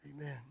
Amen